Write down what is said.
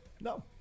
no